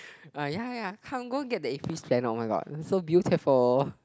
uh ya ya ya get the oh-my-god so beautiful